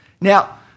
Now